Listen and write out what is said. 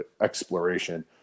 exploration